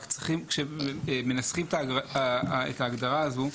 רק צריך, כשמנסחים את ההגדרה הזו,